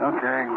Okay